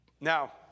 Now